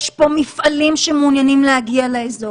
יש פה מפעלים שמעוניינים להגיע לאזור,